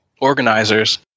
organizers